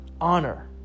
honor